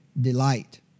delight